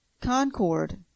Concord